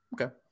Okay